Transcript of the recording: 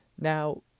Now